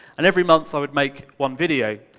and every month i would make one video.